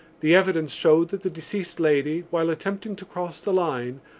the evidence showed that the deceased lady, while attempting to cross the line,